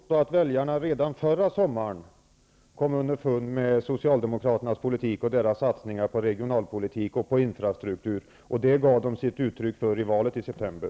Herr talman! Jag vill påstå att väljarna redan förra sommaren kom underfund med socialdemokraternas politik och deras satsningar på regionalpolitik och på infrastruktur. Och det gav de uttryck för i valet i september.